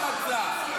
אחריות הוא רצה,